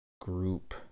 group